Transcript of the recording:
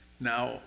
Now